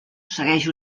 segueix